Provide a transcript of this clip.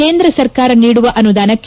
ಕೇಂದ್ರ ಸರ್ಕಾರ ನೀಡುವ ಅನುದಾನಕ್ಕೆ